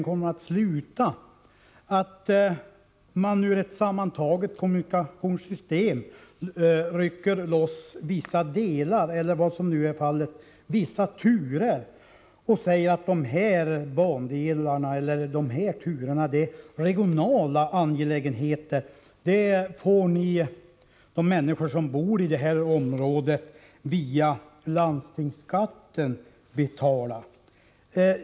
Var kommer det att sluta, om man i ett sammantaget kommunikationssystem rycker loss vissa delar eller, som i det aktuella fallet, vissa turer och säger att dessa bandelar eller turer är regionala angelägenheter — något som de människor som bor i ifrågavarande områden själva får betala via landstingsskatten?